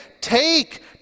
take